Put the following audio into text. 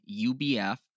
UBF